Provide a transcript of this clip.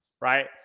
right